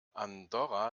andorra